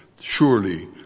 surely